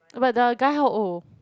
but the guy how old